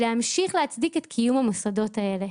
להמשיך להצדיק את קיום המוסדות האלה.